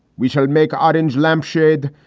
we should make orange lampshade.